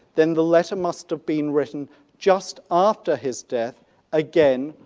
then the letter must have been written just after his death again,